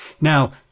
Now